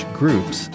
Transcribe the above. groups